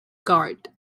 guard